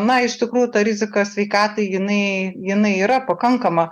na iš tikrųjų ta rizika sveikatai jinai jinai yra pakankama